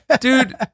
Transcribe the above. dude